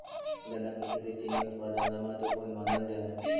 गन्ना की खेती चीनी उत्पादन ला महत्वपूर्ण मानल जा हई